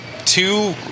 two